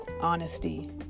honesty